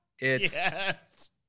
Yes